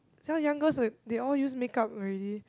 some young girls they all use makeup already